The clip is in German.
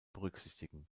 berücksichtigen